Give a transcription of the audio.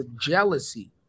Jealousy